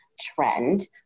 trend